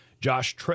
Josh